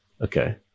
Okay